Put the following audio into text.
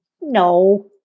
no